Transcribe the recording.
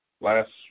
last